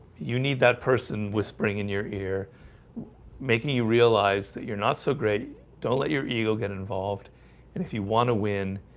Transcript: you need that person whispering in your ear making you realize that you're not so great don't let your ego get involved and if you want to win,